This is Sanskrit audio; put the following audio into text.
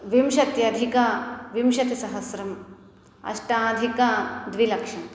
विंशत्यधिक विंशतिसहस्रम् अष्टाधिकद्विलक्षम्